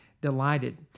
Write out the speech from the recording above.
delighted